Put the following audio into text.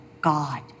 God